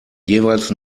jeweils